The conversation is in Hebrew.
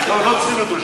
לא.